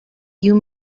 you